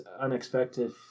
unexpected